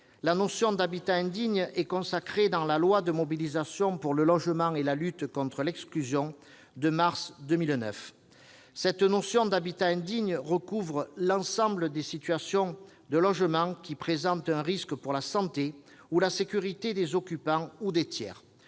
La notion d'habitat indigne est consacrée dans la loi de mobilisation pour le logement et la lutte contre l'exclusion de mars 2009. Cette notion recouvre l'ensemble des situations de logement qui présentent un risque pour la santé ou la sécurité des occupants ou des tiers,